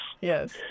Yes